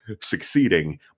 succeeding